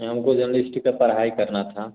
हम को जर्नलिस्ट का पढ़ाई करना था